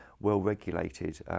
well-regulated